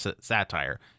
satire